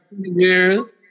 years